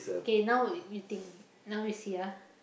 K now you think now you see ah